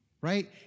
right